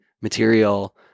material